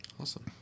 Awesome